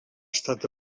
estat